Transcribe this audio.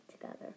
together